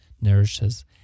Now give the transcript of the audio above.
nourishes